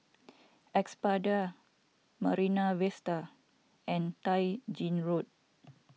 Espada Marine Vista and Tai Gin Road